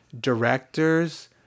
directors